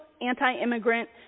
anti-immigrant